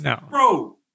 Bro